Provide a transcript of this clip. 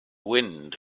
wind